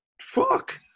fuck